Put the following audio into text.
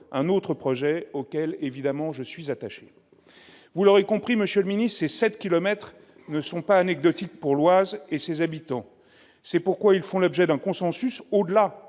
un autre projet auquel je suis évidemment attaché. Vous l'aurez compris, monsieur le secrétaire d'État, ces sept kilomètres ne sont pas anecdotiques pour l'Oise et ses habitants. C'est pourquoi ils font l'objet d'un consensus au-delà